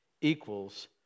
equals